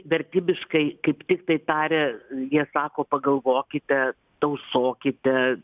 vertybiškai kaip tiktai taria jie sako pagalvokite tausokite